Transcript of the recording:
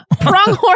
Pronghorn